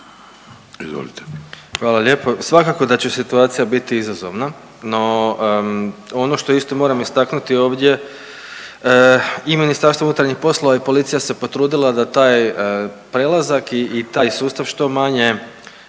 (Socijaldemokrati)** Svakako da će situacija biti izazovna, no ono što isto moramo istaknuti ovdje i MUP i policija se potrudila da taj prelazak i taj sustav što manje